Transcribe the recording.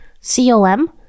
C-O-M